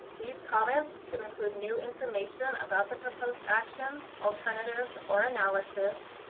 these comments could include new information about the proposed action, alternatives, or analysis,